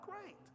great